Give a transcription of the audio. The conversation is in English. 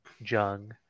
Jung